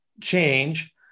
change